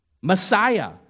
Messiah